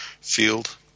field